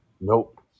Nope